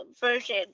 version